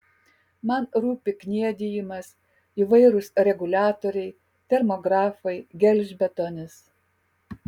man rūpi kniedijimas įvairūs reguliatoriai termografai gelžbetonis